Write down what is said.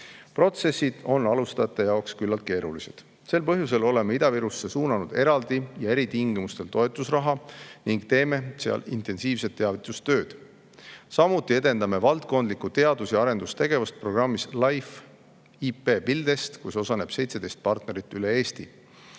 Protsessid on alustajate jaoks küllalt keerulised. Sel põhjusel oleme Ida-Virusse suunanud eraldi ja eritingimustel toetusraha ning teeme seal intensiivset teavitustööd. Samuti edendame valdkondlikku teadus‑ ja arendustegevust programmis LIFE IP BuildEST, kus osaleb 17 partnerit üle Eesti.